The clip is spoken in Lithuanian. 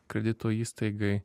kredito įstaigai